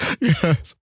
Yes